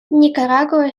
никарагуа